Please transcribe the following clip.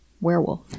werewolf